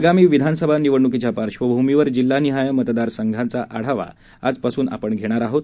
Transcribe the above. आगामी विधानसभा निवडणुकीच्या पार्श्वभूमीवर जिल्हानिहाय मतदार संघांचा आपण आजपासून रोज आढावा घेणार आहोत